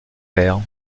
père